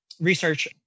research